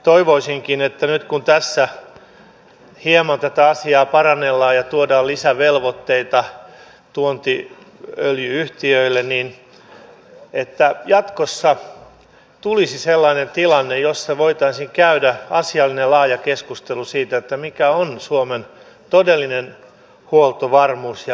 toivoisinkin nyt kun tässä hieman tätä asiaa parannellaan ja tuodaan lisävelvoitteita tuontiöljy yhtiöille että jatkossa tulisi sellainen tilanne jossa voitaisiin käydä asiallinen ja laaja keskustelu siitä mikä on suomen todellinen huoltovarmuus ja omavaraisuus